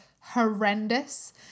horrendous